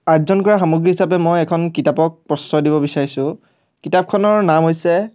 আৰ্জন কৰা সামগ্ৰী হিচাপে মই এখন কিতাপক প্ৰশ্ৰয় দিব বিচাৰিছোঁ কিতাপখনৰ নাম হৈছে